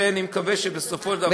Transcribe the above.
ואני מקווה שבסופו של דבר הבית הזה,